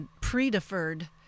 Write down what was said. pre-deferred